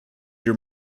your